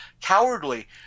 cowardly